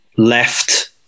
left